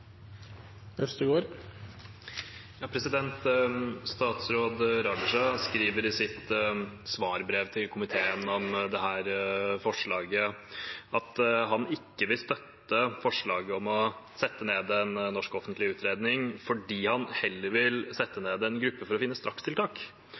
Statsråd Raja skriver i sitt svarbrev til komiteen om dette forslaget at han ikke vil støtte forslaget om å sette ned en norsk offentlig utredning. Han vil heller sette